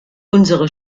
unsere